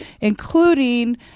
including